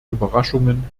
überraschungen